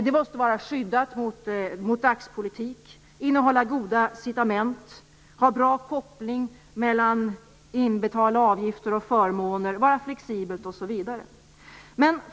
Det måste vara skyddat mot dagspolitik, innehålla goda incitament, ha bra koppling mellan inbetalda avgifter och förmåner, vara flexibelt osv.